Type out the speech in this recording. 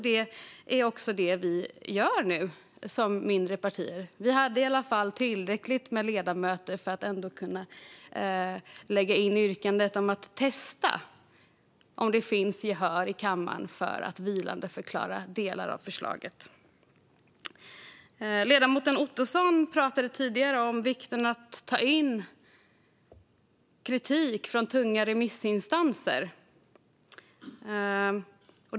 Det är också vad de mindre partierna nu gör. Det var i alla fall tillräckligt många ledamöter för att lägga fram yrkandet att testa om det finns gehör i kammaren för att vilandeförklara delar av förslaget. Ledamoten Ottoson pratade tidigare om vikten av att ta in kritik från tunga remissinstanser.